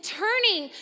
turning